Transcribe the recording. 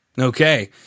Okay